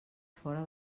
fora